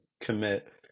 commit